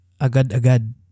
agad-agad